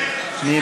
סעדי,